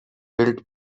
built